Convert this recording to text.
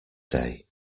day